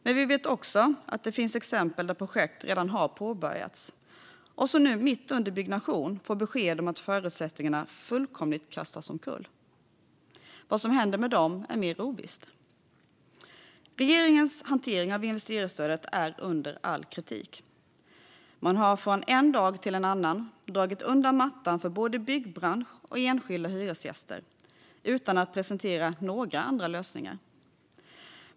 Men vi vet också att det finns exempel där projekt redan har påbörjats och där man nu, mitt under byggnationen, får besked om att förutsättningarna fullkomligt kastas omkull. Vad som händer med dem är mer ovisst. Regeringens hantering av investeringsstödet är under all kritik. Man har från en dag till en annan dragit undan mattan för både byggbranschen och enskilda hyresgäster utan att presentera några andra lösningar.